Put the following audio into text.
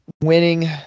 winning